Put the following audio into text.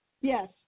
Yes